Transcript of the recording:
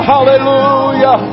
Hallelujah